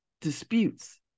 disputes